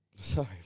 Sorry